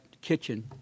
kitchen